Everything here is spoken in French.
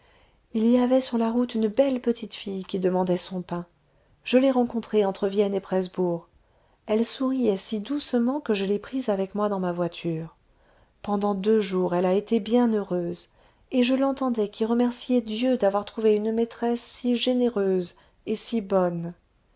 il y avait sur la route une belle petite fille qui demandait son pain je l'ai rencontrée entre vienne et presbourg elle souriait si doucement que je l'ai prise arec moi dans ma voiture pendant deux jours elle a été bien heureuse et je l'entendais qui remerciait dieu d'avoir trouvé une maîtresse si généreuse et si bonne